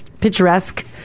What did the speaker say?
picturesque